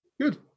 Good